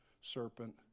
serpent